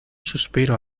suspiro